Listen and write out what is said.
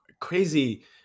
crazy